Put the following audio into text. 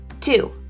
Two